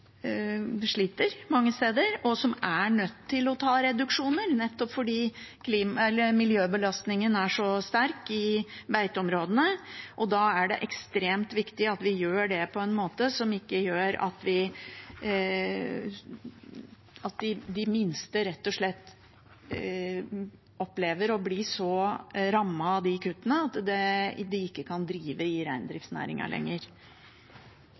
steder sliter, og som er nødt til å foreta reduksjoner, nettopp fordi miljøbelastningen i beiteområdene er så stor. Da er det ekstremt viktig at vi gjør det på en måte der de minste rett og slett ikke opplever å bli så rammet av disse kuttene at de ikke lenger kan drive i